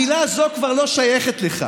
המילה הזאת כבר לא שייכת לך.